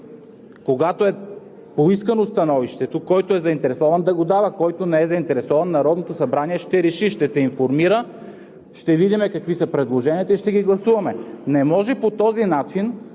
Когато е поискано становище, който е заинтересован, да го дава, който не е заинтересован, Народното събрание ще реши – ще се информира, ще видим какви са предложенията и ще ги гласуваме. Не може по този начин